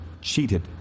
cheated